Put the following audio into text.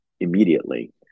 immediately